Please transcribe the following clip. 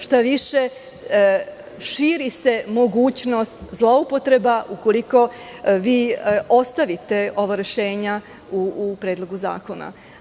Štaviše, širi se mogućnost zloupotreba, ukoliko vi ostavite ova rešenja u Predlogu zakona.